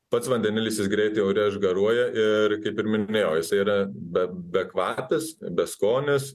pats vandenilis jis greitai ore išgaruoja ir kaip ir minėjau jisai yra be bekvapis beskonis